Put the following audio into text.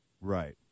right